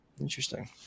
Interesting